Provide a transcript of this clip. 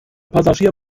passagier